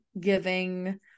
giving